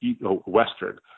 Western